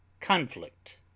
Conflict